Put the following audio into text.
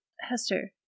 Hester